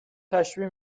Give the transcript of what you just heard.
تشبیه